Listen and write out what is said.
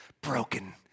broken